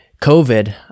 COVID